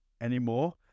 anymore